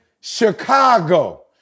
Chicago